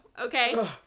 okay